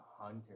Hunter